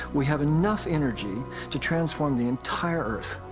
we have enough energy to transform the entire earth.